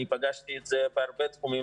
אגב, פגשתי את זה בהרבה תחומים.